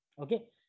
Okay